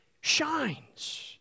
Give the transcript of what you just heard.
shines